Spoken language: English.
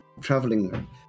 traveling